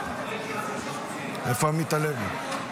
איפה עמית הלוי?